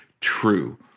true